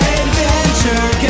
adventure